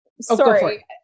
sorry